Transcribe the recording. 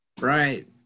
right